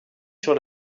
sur